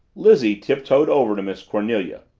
lizzie tiptoed over to miss cornelia.